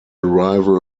rival